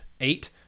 eight